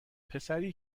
پسری